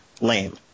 lame